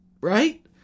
Right